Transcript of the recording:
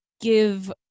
give